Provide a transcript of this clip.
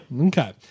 Okay